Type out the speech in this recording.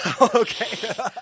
Okay